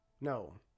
no